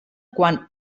quan